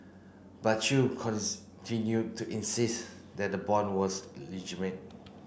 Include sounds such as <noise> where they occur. but Chew <unintelligible> to insist that the bond was <unintelligible>